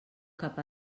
cap